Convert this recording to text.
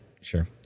sure